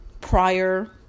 prior